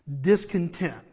discontent